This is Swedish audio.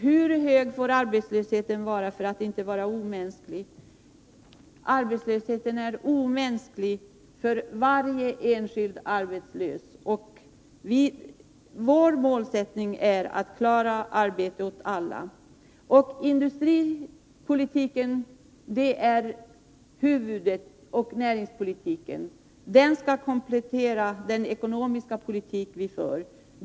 Hur hög får arbetslösheten vara för att inte bli omänsklig? Arbetslösheten är omänsklig för varje enskild arbetslös. Vår målsättning är att klara arbete åt alla. Industrioch näringspolitiken är huvudmedlet. Den skall komplettera den ekonomiska politik vi för.